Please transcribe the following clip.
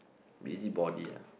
busybody ah